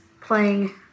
playing